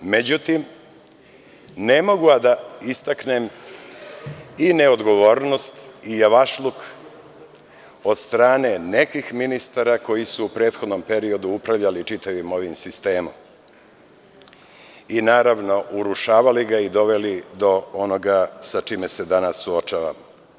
Međutim, ne mogu a da ne istaknem i neodgovornost i javašluk od strane nekih ministara koji su u prethodnom periodu upravljali čitavim ovim sistemom i, naravno, urušavali ga i doveli do onoga sa čime se danas suočavamo.